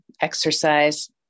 exercise